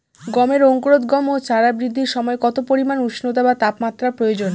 গমের অঙ্কুরোদগম ও চারা বৃদ্ধির সময় কত পরিমান উষ্ণতা বা তাপমাত্রা প্রয়োজন?